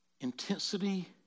Intensity